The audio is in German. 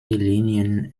linien